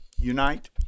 unite